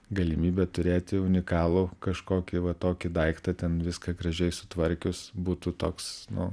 galimybę turėti unikalų kažkokį va tokį daiktą ten viską gražiai sutvarkius būtų toks nu